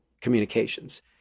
communications